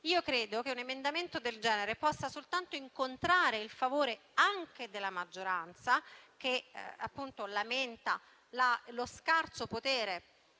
Credo che un emendamento del genere possa soltanto incontrare il favore della maggioranza, che appunto lamenta lo scarso potere